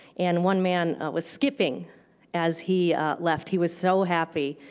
and one man was skipping as he left. he was so happy.